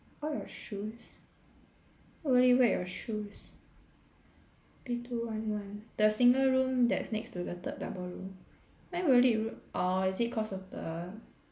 all your shoes why will it wet your shoes B two one one the single room that's next to the third double room why will it orh is it cause of the